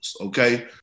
Okay